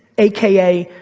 aka,